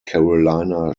carolina